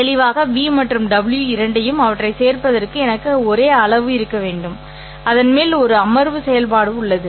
தெளிவாக ́v மற்றும் ́w இரண்டும் அவற்றைச் சேர்ப்பதற்கு எனக்கு ஒரே அளவு இருக்க வேண்டும் அதன் மேல் ஒரு அமர்வு செயல்பாடு உள்ளது